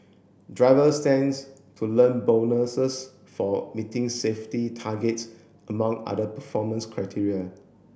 driver stands to learn bonuses for meeting safety targets among other performance criteria